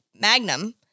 magnum